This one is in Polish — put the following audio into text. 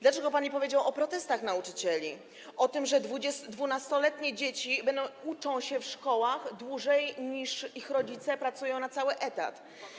Dlaczego pan nie powiedział o protestach nauczycieli, o tym, że 12-letnie dzieci uczą się w szkołach dłużej niż ich rodzice pracują na cały etat?